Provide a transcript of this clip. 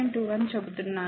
21 చెబుతున్నాను